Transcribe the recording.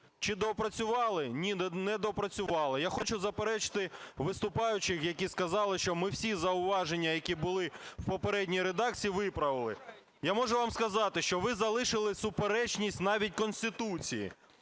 Чи доопрацювали? Ні, не доопрацювали. Я хочу заперечити виступаючим, які сказали, що ми всі зауваження, які були в попередній редакції, виправили. Я можу вам сказати, що ви залишили суперечність навіть Конституції,